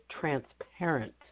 transparent